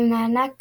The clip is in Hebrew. ומענק